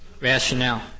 rationale